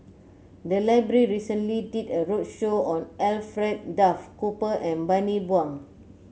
the library recently did a roadshow on Alfred Duff Cooper and Bani Buang